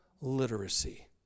literacy